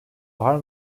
var